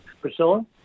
Priscilla